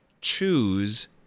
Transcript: choose